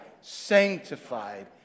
sanctified